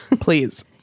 Please